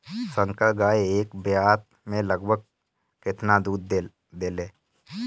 संकर गाय एक ब्यात में लगभग केतना दूध देले?